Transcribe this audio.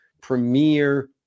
premier